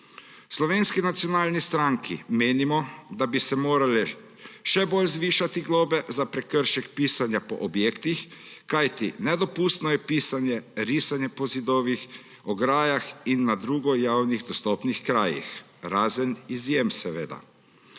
Slovenski nacionalni stranki menimo, da bi se morale še bolj zvišati globe za prekršek pisanja po objektih, kajti nedopustno je pisanje, risanje po zidovih, ograjah in na drugih javno dostopnih krajih, razen izjem seveda.